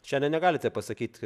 šiandien negalite pasakyt